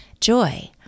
Joy